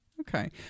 Okay